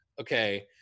okay